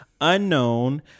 unknown